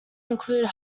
include